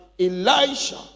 Elijah